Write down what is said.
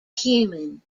human